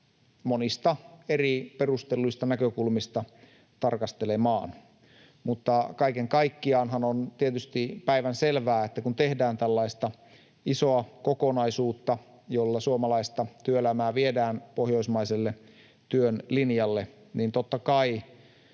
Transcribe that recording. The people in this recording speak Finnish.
monista eri perustelluista näkökulmista tarkastelemaan. Kaiken kaikkiaanhan on tietysti päivänselvää, että kun tehdään tällaista isoa kokonaisuutta, jolla suomalaista työelämää viedään pohjoismaiselle työn linjalle, niin totta kai